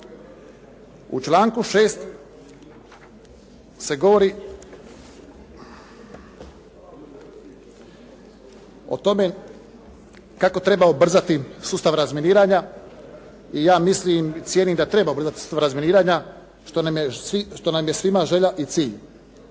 U članku 6. se govori o tome kako treba ubrzati sustav razminiranja i i ja mislim, cijenim da treba ubrzati sistem razminiranja što nam je svima želja i cilj.